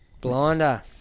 Blinder